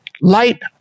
light